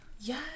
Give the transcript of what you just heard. yes